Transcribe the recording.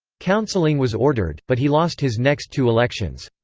counseling was ordered, but he lost his next two elections.